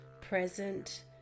present